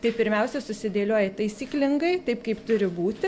tai pirmiausia susidėlioji taisyklingai taip kaip turi būti